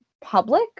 public